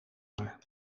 naar